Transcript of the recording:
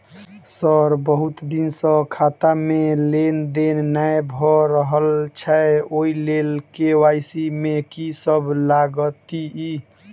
Sir बहुत दिन सऽ खाता मे लेनदेन नै भऽ रहल छैय ओई लेल के.वाई.सी मे की सब लागति ई?